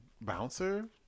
bouncer